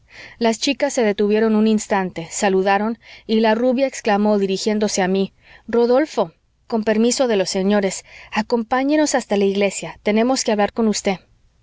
las chicas se detuvieron un instante saludaron y la rubia exclamó dirigiéndose a mí rodolfo con permiso de los señores acompáñenos hasta la iglesia tenemos que hablar con usted